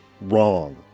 wrong